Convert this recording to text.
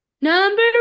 Number